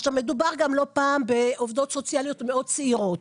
מדובר גם לא פעם בעובדות סוציאליות מאוד צעירות,